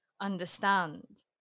understand